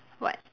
what